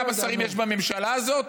אתה יודע כמה שרים יש בממשלה הזאת?